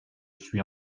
suis